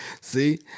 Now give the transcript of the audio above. See